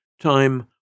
Time